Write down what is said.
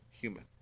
human